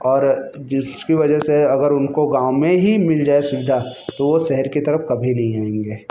और जिसकी वजह से उनको अगर गाँव में ही मिल जाए सुविधा तो वो शहर की तरफ कभी नहीं आएंगे